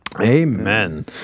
Amen